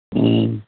ہوں